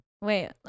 Wait